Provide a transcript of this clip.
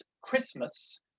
Christmas